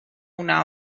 una